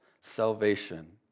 salvation